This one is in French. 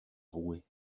rouet